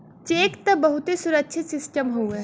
check त बहुते सुरक्षित सिस्टम हउए